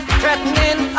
threatening